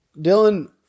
Dylan